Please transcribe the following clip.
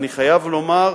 אני חייב לומר,